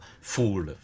fool